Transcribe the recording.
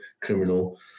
criminal